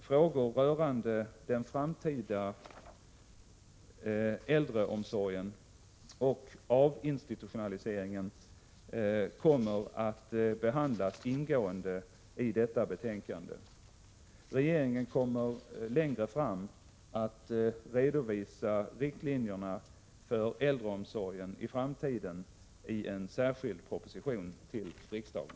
Frågor rörande den framtida äldreomsorgen och”avinstitutionaliseringen” kommer att behandlas ingående i detta betänkande. Regeringen kommer längre fram att redovisa riktlinjerna för äldreomsorgen i framtiden i en särskild proposition till riksdagen.